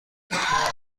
نه، از